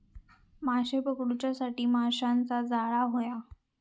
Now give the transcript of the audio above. माशे पकडूच्यासाठी माशाचा जाळां होया